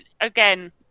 again